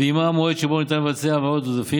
ועימה המועד שבו ניתן לבצע העברות עודפים,